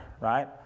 right